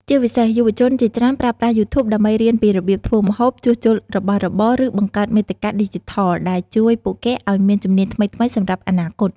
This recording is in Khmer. ជាពិសេសយុវជនជាច្រើនប្រើប្រាស់ យូធូប ដើម្បីរៀនពីរបៀបធ្វើម្ហូប ជួសជុលរបស់របរ ឬបង្កើតមាតិកាឌីជីថល ដែលជួយពួកគេឲ្យមានជំនាញថ្មីៗសម្រាប់អនាគត។